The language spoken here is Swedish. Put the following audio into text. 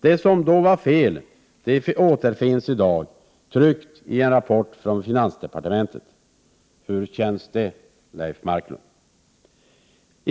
Det som då var fel återfinns i dag tryckt i en rapport från finansdepartementet. Hur känns det, Leif Marklund?